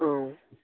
অঁ